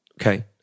okay